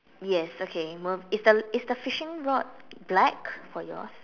yes okay mov~ is the is the fishing rod black for yours